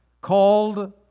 called